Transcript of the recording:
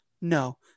No